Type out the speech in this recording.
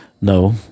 no